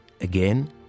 again